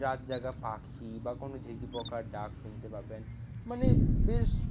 রাত জাগা পাখি বা কোনো ঝিঁঝিঁ পকার ডাক শুনতে পাবেন মানে বেশ